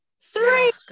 three